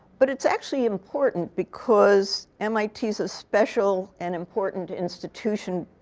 but it's actually important because mit is a special and important institution.